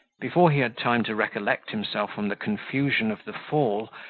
before he had time to recollect himself from the confusion of the fall,